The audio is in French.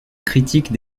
critique